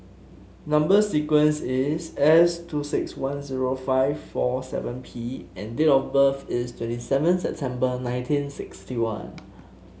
number sequence is S two six one zero five four seven P and date of birth is twenty seven September nineteen sixty one